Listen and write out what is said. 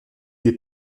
est